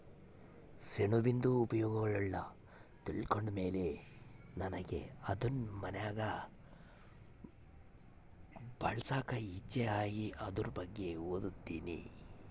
ಸೆಣಬಿಂದು ಉಪಯೋಗಗುಳ್ನ ತಿಳ್ಕಂಡ್ ಮೇಲೆ ನನಿಗೆ ಅದುನ್ ಮನ್ಯಾಗ್ ಬೆಳ್ಸಾಕ ಇಚ್ಚೆ ಆಗಿ ಅದುರ್ ಬಗ್ಗೆ ಓದ್ತದಿನಿ